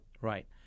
right